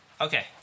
Okay